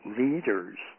leaders